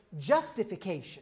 justification